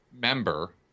member